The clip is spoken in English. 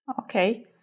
Okay